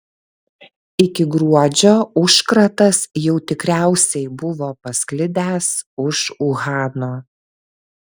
iki gruodžio užkratas jau tikriausiai buvo pasklidęs už uhano